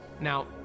Now